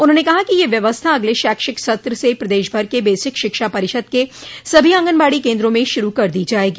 उन्होंने कहा कि यह व्यवस्था अगले शैक्षिक सत्र से प्रदेशभर के बेसिक शिक्षा परिषद के सभी आंगनबाड़ी केन्द्रों में शुरू कर दी जायेगी